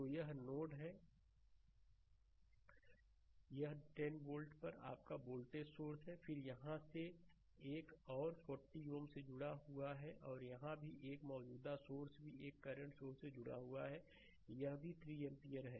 तो यह नोड है यह 10 वोल्ट पर आपका वोल्टेज सोर्स है फिर यहां से एक और 40 Ω से जुड़ा हुआ है और यहां भी एक मौजूदा सोर्स भी एक करंट सोर्स जुड़ा हुआ है यह भी 3 एम्पीयर है